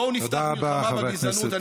בואו נפתח מלחמה בגזענות, תודה רבה, חבר הכנסת.